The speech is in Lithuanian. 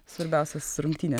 svarbiausios rungtynės